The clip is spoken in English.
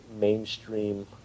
mainstream